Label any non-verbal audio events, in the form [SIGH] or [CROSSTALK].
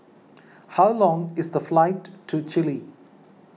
[NOISE] how long is the flight to Chile